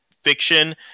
fiction